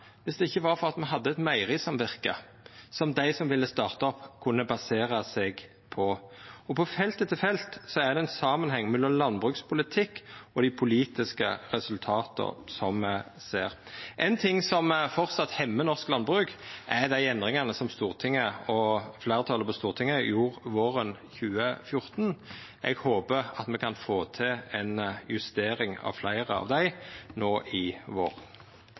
det ikkje var for at me hadde eit meieri som verka, som dei som ville starta opp, kunne basera seg på. På felt etter felt er det ein samanheng mellom landbrukspolitikk og dei politiske resultata som me ser. Ein ting som framleis hemmar norsk landbruk, er dei endringane som fleirtalet på Stortinget gjorde våren 2014. Eg håpar at me kan få til ei justering av fleire av dei no i vår.